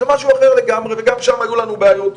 זה משהו אחר לגמרי, וגם שם היו לנו בעיות.